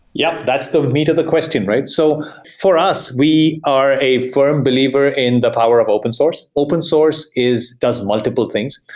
yup! that's the meat of the question, right? so for us, we are a fi rm believer in the power of open source. open source does multiple things.